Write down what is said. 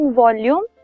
volume